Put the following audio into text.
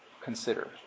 consider